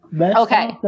Okay